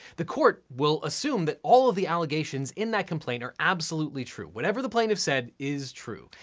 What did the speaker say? the court will assume that all of the allegations in that complaint are absolutely true. whatever the plaintiff said is true.